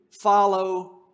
Follow